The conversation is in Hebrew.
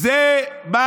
זה מה